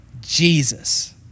Jesus